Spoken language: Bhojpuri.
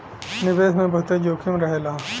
निवेश मे बहुते जोखिम रहेला